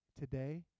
Today